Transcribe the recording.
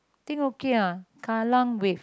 think okay ah Kallang Wave